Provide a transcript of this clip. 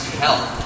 help